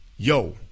Yo